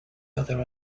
other